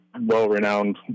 well-renowned